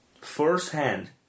firsthand